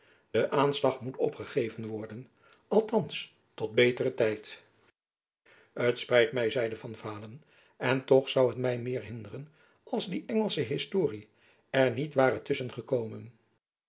de aanslag moet opgegeven worden althands tot een beteren tijd t spijt my zeide van vaalen en toch zoû het my meer hinderen als die engelsche historie er niet ware tusschen gekomen